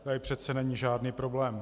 Tady přece není žádný problém.